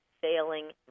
failing